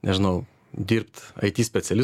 nežinau dirbt it specialistu